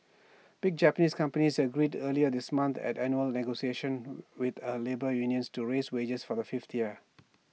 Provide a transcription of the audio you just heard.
big Japanese companies agreed earlier this month at annual negotiations with A labour unions to raise wages for the fifth year